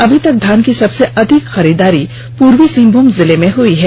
अभी तक धान की सबसे अधिक खरीददारी पूर्वी सिंहमूम जिले में हुई है